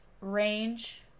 range